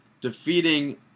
defeating